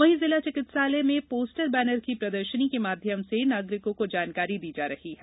वहीं जिला चिकित्सालय में पोस्टर बैनर की प्रदर्शनी के माध्यम से नागरिकों को जानकारी दी जा रही है